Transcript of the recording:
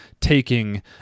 taking